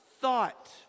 thought